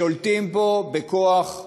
שולטים בו בכוח,